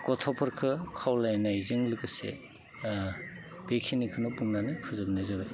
गथ'फोरखो खावलायनायजों लोगोसे बेखिनिखोनो बुंनानै फोजोबनाय जाबाय